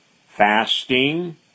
fasting